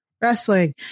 wrestling